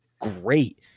great